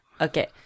Okay